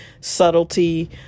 subtlety